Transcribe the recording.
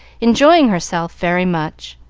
enjoying herself very much.